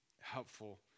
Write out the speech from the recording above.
helpful